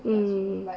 mm